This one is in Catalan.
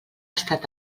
estat